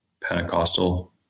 Pentecostal